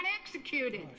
executed